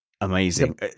Amazing